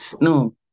no